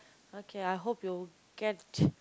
okay I hope you'll get